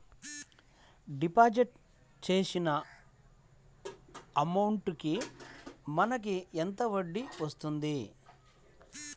Deposit చేసిన amount కి మనకి ఎంత వడ్డీ వస్తుంది?